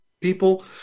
people